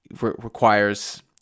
requires